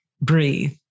breathe